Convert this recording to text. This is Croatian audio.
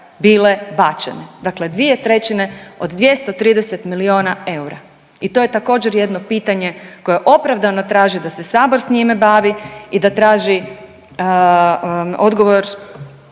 bile bačene. Dakle 2/3 od 230 milijuna eura i to je također jedno pitanje koje opravdano traži da se sabor s njime bavi i da traži odgovor